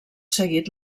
seguit